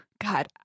God